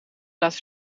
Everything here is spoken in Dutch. laat